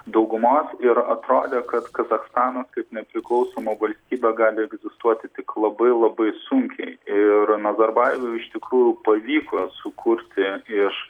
daugumos ir atrodė kad kazachstanas kaip nepriklausoma valstybė gali egzistuoti tik labai labai sunkiai ir nazarbajevui iš tikrųjų pavyko sukurti iš